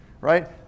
right